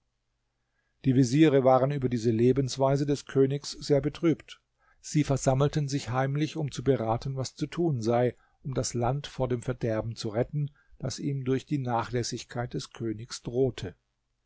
die veziere waren über diese lebensweise des königs sehr betrübt sie versammelten sich heimlich um zu beraten was zu tun sei um das land von dem verderben zu retten das ihm durch die nachlässigkeit des königs drohte